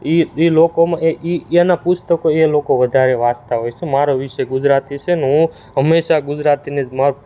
એ એ લોકોમાં એ એના પુસ્તકો એ લોકો વધારે વાંચતા હોય છે મારો વિષય ગુજરાતી છે ને હું હંમેશાં ગુજરાતીને જ મારું